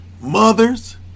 Mothers